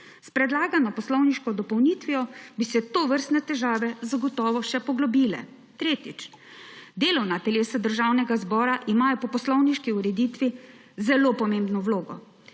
S predlagano poslovniško dopolnitvijo bi se tovrstne težave zagotovo še poglobile. Tretjič, delovna telesa Državnega zbora imajo po poslovniški ureditvi zelo pomembno vlogo.